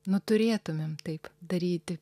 nu turėtumėm taip daryti